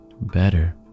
better